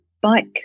bike